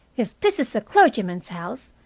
if this is a clergyman's house,